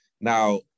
Now